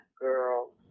girl